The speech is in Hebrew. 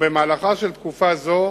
ובמהלכה של תקופה זו